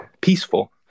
peaceful